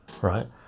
right